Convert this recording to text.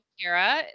Kara